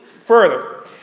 further